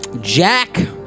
Jack